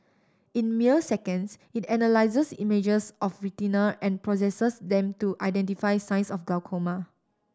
in mere seconds it analyses images of retina and processes them to identify signs of glaucoma